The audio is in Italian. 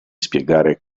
spiegare